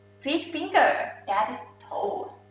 feet finger, that is toes.